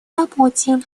работе